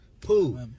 Pooh